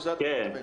לזה אתה מתכוון?